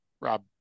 rob